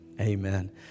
amen